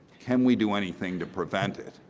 can we do anything to prevent it